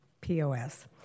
POS